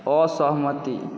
असहमति